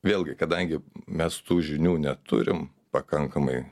vėlgi kadangi mes tų žinių neturim pakankamai